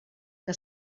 que